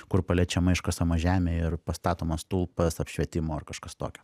kur paliečiama iškasama žemė ir pastatomas stulpas apšvietimo ar kažkas tokio